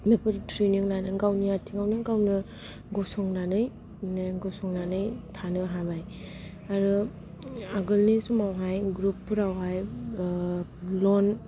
बेफोर ट्रेइनिं लाना गावनि आथिं आवनो गावनो गसंनानै बिदिनो गसंनानै थानो हाबाय आरो आगोलनि समावहाय ग्रुप फोरावहाय लन